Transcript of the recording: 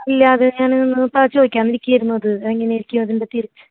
ഇല്ല അത് ഞാൻ ഒന്ന് ഇപ്പോൾ ചോദിക്കാനിരിക്കായിരുന്നു അത് എങ്ങനെയായിരിക്കും അതിൻ്റെ തിരിച്ച്